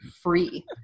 free